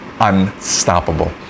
unstoppable